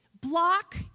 block